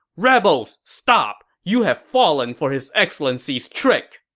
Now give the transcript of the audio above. rebels, stop! you have fallen for his excellency's trick!